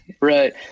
right